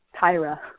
Tyra